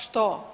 Što?